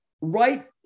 Right